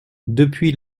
depuis